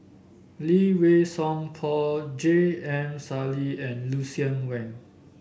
Lee Wei Song Paul J M Sali and Lucien Wang